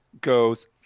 goes